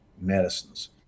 medicines